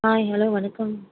hi hello வணக்கம்